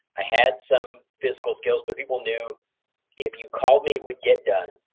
i had some physical skills, but people knew if you called me, it would get done.